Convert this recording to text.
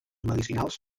medicinals